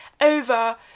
over